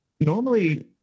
Normally